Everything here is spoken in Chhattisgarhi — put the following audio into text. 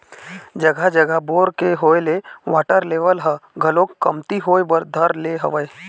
जघा जघा बोर के होय ले वाटर लेवल ह घलोक कमती होय बर धर ले हवय